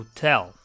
tell